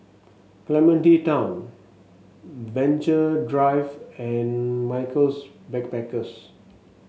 Clementi Town Venture Drive and Michaels Backpackers